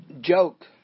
joke